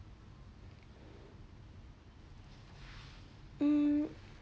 mm